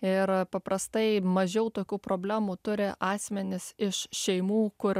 ir paprastai mažiau tokių problemų turi asmenys iš šeimų kur